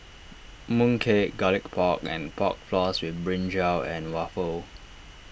Mooncake Garlic Pork and Pork Floss with Brinjal and Waffle